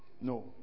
No